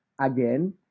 again